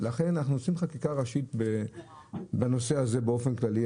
לכן אנחנו עושים חקיקה ראשית בנושא הזה באופן כללי.